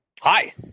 Hi